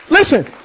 Listen